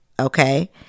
Okay